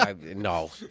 no